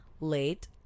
late